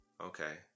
Okay